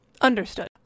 Understood